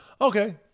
Okay